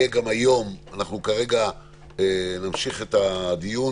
נמשיך עכשיו את הדיון